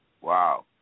Wow